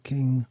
King